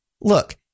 look